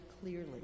clearly